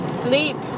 sleep